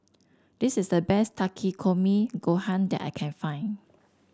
this is the best Takikomi Gohan that I can find